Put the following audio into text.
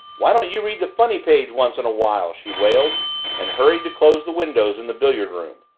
why don't you read the funny page once in a while? she wailed and hurried to close the windows in the billiard room.